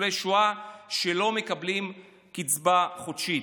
ניצולי שואה שלא מקבלים קצבה חודשית.